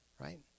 Right